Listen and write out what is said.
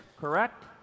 correct